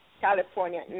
California